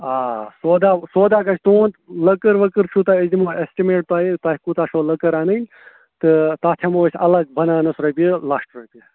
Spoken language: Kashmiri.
آ سودہ سودہ گژھِ تُہُںٛد لٔکٕر ؤکٕر چھُو تۄہہِ أسۍ دِمو اٮ۪سٹٕمیٹ تۄہہِ تۄہہِ کوٗتاہ چھو لٔکٕر اَنٕنۍ تہٕ تَتھ ہٮ۪مو أسۍ الگ بَناونَس رۄپیہِ لَچھ رۄپیہِ